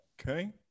Okay